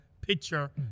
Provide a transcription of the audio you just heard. picture